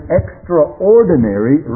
extraordinary